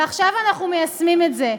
ועכשיו אנחנו מיישמים את זה.